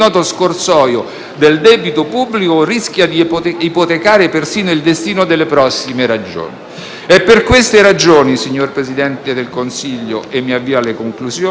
È per queste ragioni, signor Presidente del Consiglio, che dall'Europa ci aspettiamo un colpo d'ala, quel famoso nuovo corso di cui parlavo in precedenza.